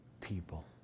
people